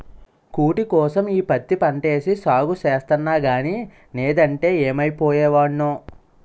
కూటికోసం ఈ పత్తి పంటేసి సాగు సేస్తన్నగానీ నేదంటే యేమైపోయే వోడ్నో